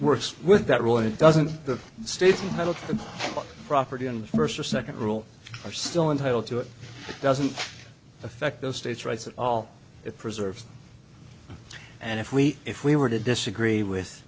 works with that roy it doesn't the states and property in the first or second rule are still entitled to it doesn't affect the state's rights at all it preserves and if we if we were to disagree with